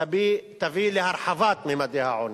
תביא להרחבת ממדי העוני,